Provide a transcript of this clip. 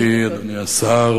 גברתי, אדוני השר,